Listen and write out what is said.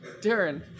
Darren